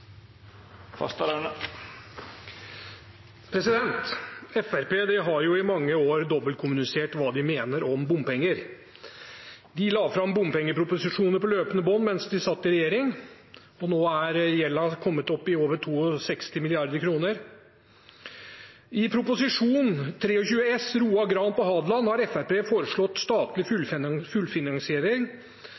har i mange år dobbeltkommunisert hva de mener om bompenger. De la fram bompengeproposisjoner på løpende bånd mens de satt i regjering, og nå er gjelden kommet opp i over 62 mrd. kr. I innstillingen til Prop. 23 S for 2020–2021, om Roa–Gran på Hadeland, foreslo Fremskrittspartiet statlig fullfinansiering.